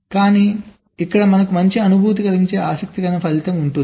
కానీ ఇక్కడ మనకు మంచి అనుభూతిని కలిగించే ఆసక్తికరమైన ఫలితం ఉంది